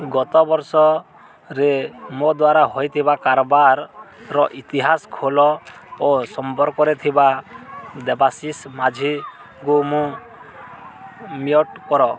ଗତ ବର୍ଷରେ ମୋ ଦ୍ୱାରା ହୋଇଥିବା କାରବାରର ଇତିହାସ ଖୋଲ ଓ ସମ୍ପର୍କରେ ଥିବା ଦେବାଶିଷ ମାଝୀଙ୍କୁ ମ୍ୟୁଟ୍ କର